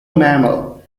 mammal